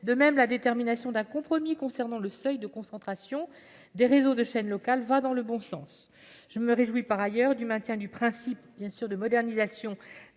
De même, la détermination d'un compromis concernant le seuil de concentration des réseaux de chaînes locales va dans le bon sens. Je me réjouis par ailleurs du maintien du principe de modernisation